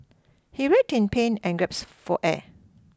he writhed in pain and grasped for air